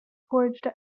forged